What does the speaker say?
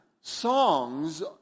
songs